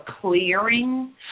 clearing